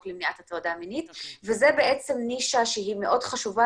למניעת הטרדה מינית וזו נישה שהיא מאוד חשובה